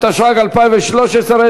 התשע"ד 2013,